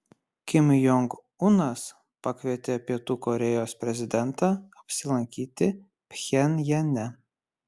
kim jong unas pakvietė pietų korėjos prezidentą apsilankyti pchenjane